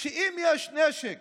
שאם יש נשק